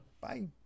Bye